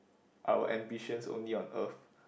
our ambitions only on Earth